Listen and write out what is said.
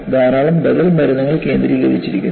ധാരാളം ബദൽ മരുന്നുകൾ കേന്ദ്രീകരിച്ചിരിക്കുന്നു